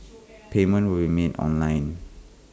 payment will be made online